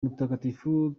mutagatifu